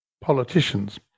politicians